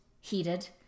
heated